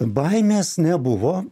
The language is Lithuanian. baimės nebuvo